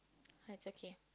oh it's okay